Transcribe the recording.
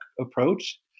approach